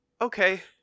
Okay